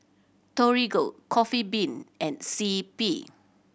Torigo Coffee Bean and C P